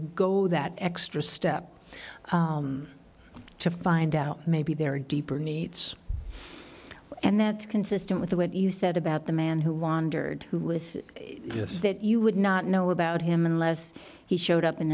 to go that extra step to find out maybe there are deeper needs and that's consistent with what you said about the man who wandered with us that you would not know about him unless he showed up in